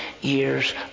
years